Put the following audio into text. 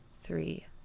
three